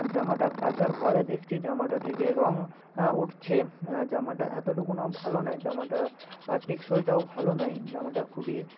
জামাটা কাচার পরে দেখছি জামাটা থেকে রঙ উঠছে জামাটা এতটুকুও ভালো নয় জামাটা টেকসইটাও ভালো নয় জামাটা খুবই